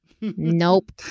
Nope